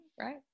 right